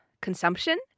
consumption